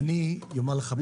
אומר לך בדיוק.